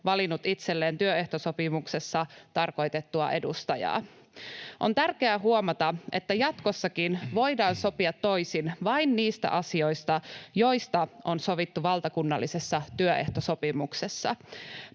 valinnut itselleen työehtosopimuksessa tarkoitettua edustajaa. On tärkeää huomata, että jatkossakin voidaan sopia toisin vain niistä asioista, joista on sovittu valtakunnallisessa työehtosopimuksessa.